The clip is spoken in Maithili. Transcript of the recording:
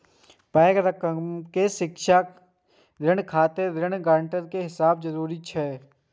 पैघ रकम के शिक्षा ऋण खातिर ऋण गारंटर के हैब जरूरी छै